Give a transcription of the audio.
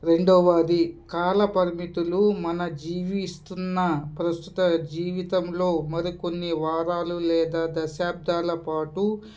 రెండవది కాలపరిమితులు మన జీవిస్తున్న ప్రస్తుత జీవితంలో మరికొన్ని వారాలు లేదా దశాబ్దాల పాటు